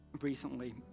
recently